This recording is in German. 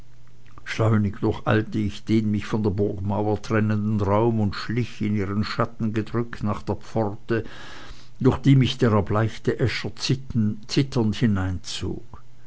schleunig durcheilte ich den mich von der burgmauer trennenden raum und schlich in ihren schatten gedrückt nach der pforte durch die mich der erbleichte äscher zitternd hineinzog